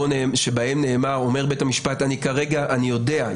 שבהם אומר בית המשפט: אני כרגע יודע;